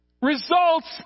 results